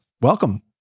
Welcome